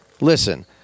Listen